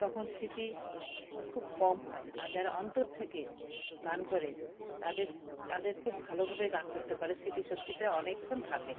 তখন স্থিতি খুব কম হয় আর যারা অন্তর থেকে গান করে তাদের তাদের খুব ভালোভাবে গান করতে পারে স্থিতি শক্তিটা অনেকক্ষণ থাকে